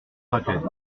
raclette